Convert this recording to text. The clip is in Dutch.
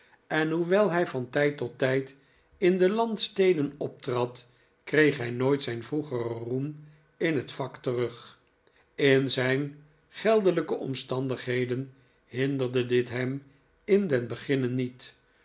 en hoewel hij van tijd tot tijd in de landsteden optrad kreeg hij nooit zijn vroegeren roem in het vak terug in zijn geldelijke omstandigheden hinderde dit hem in den beginne niet